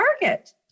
Target